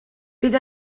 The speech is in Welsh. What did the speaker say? bydd